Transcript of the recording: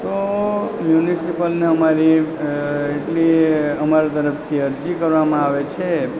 તો મ્યુનસીપલને અમારી એ એટલી અમારા તરફથી અરજી કરવામાં આવે છે